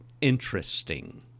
interesting